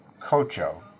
Cocho